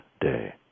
day